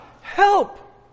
help